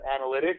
analytics